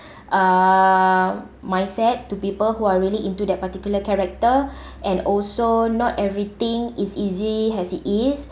uh mindset to people who are really into that particular character and also not everything is easy as it is